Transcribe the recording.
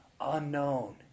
unknown